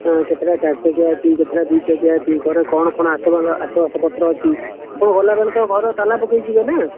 କେତେଟା ଚାରି ଚକିଆ ଅଛି କେତେଟା ଦୁଇ ଚକିଆ ଅଛି ଘରେ କ'ଣ କ'ଣ ଆସବା ଆସବାବପତ୍ର ଅଛି ସବୁ ଆପଣ ଗଲା ବେଳେ ତ ଘରେ ତାଲା ପକାଇ ଯିବେ ନା